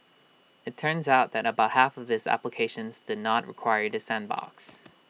IT turns out that about half of these applications did not require the sandbox